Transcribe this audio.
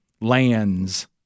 Lands